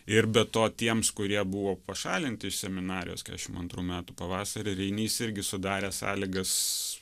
ir be to tiems kurie buvo pašalinti iš seminarijos kešim antrų metų pavasarį reinys irgi sudarė sąlygas